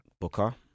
Booker